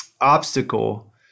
obstacle